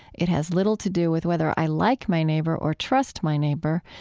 it has little to do with whether i like my neighbor or trust my neighbor.